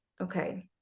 okay